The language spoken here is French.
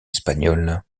espagnol